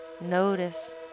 notice